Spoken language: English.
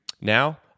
Now